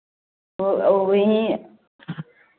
वह भी